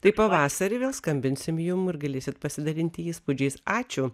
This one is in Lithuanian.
tai pavasarį vėl skambinsim jum ir galėsit pasidalinti įspūdžiais ačiū